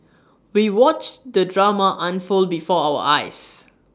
we watched the drama unfold before our eyes